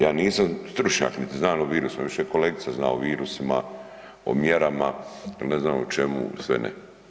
Ja nisam stručnjak niti znam o virusu, više kolegica zna o virusima, o mjerama ili ne znam o čemu sve ne.